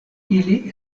ili